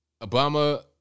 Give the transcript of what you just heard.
Obama